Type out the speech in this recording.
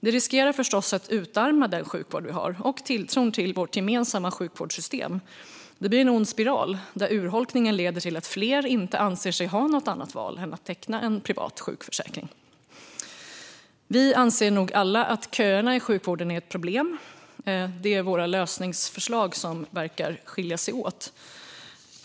Det riskerar förstås att utarma den sjukvård vi har och tilltron till vårt gemensamma sjukvårdssystem. Det blir en ond spiral, där urholkningen leder till att fler anser sig inte ha något annat val än att teckna en privat sjukvårdsförsäkring. Vi anser nog alla att köerna i sjukvården är ett problem. Det är våra lösningsförslag som verkar skilja sig åt.